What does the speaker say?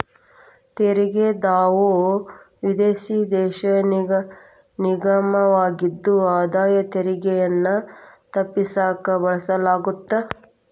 ತೆರಿಗೆ ಧಾಮವು ವಿದೇಶಿ ದೇಶ ನಿಗಮವಾಗಿದ್ದು ಆದಾಯ ತೆರಿಗೆಗಳನ್ನ ತಪ್ಪಿಸಕ ಬಳಸಲಾಗತ್ತ